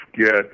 get